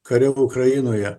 kare ukrainoje